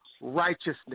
righteousness